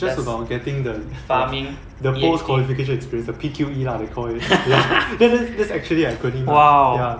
just farming !wow!